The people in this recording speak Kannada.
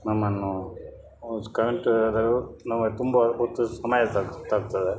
ನಮ್ಮನ್ನು ಕರೆಂಟ್ ಹೋದರು ನಮಗೆ ತುಂಬ ಹೊತ್ತು ಸಮಯ ತಾಗ ತಾಗ್ತದೆ